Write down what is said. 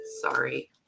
sorry